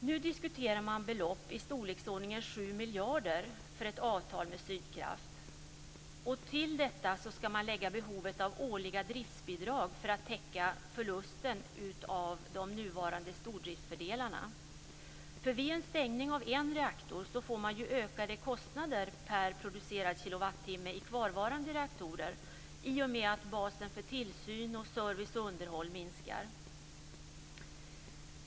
Man diskuterar nu belopp i storleksordningen 7 miljarder för ett avtal med Sydkraft. Till detta skall läggas behovet av årliga driftbidrag för att täcka förlusten av stordriftsfördelar. Vid stängning av en reaktor får man ju ökade kostnader per producerad kilowattimme i kvarvarande reaktorer i och med att basen för tillsyn, service och underhåll minskar.